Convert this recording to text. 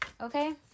Okay